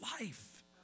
life